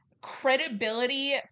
credibility